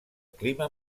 clima